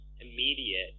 immediate